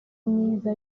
myiza